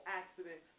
accident